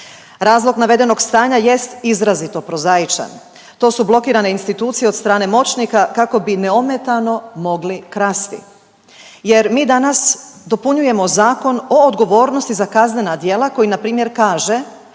Razlog navedenog stanja jest izrazito prozaičan, to su blokirane institucije od strane moćnika kao bi neometano mogli krasti jer mi danas dopunjujemo Zakon o odgovornosti za kaznena djela koji na primjer kaže: